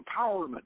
empowerment